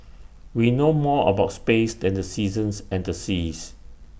we know more about space than the seasons and the seas